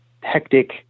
hectic